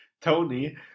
Tony